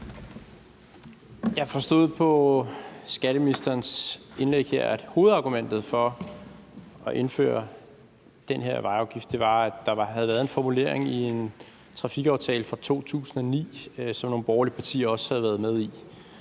Jeg forstod på skatteministerens indlæg her, at hovedargumentet for at indføre den her vejafgift var, at der havde været en formulering i en trafikaftale fra 2009, som nogle borgerlige partier også havde været med i.